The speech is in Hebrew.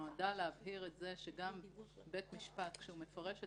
אבל היא נועדה להבהיר שגם בית משפט כשהוא מפרש את